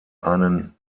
einen